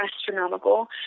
astronomical